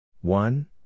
One